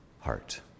heart